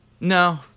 No